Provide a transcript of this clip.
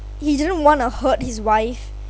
he didn't want to hurt his wife